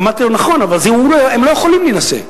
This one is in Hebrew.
אמרתי לו: נכון, אבל הם לא יכולים להינשא,